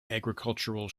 agricultural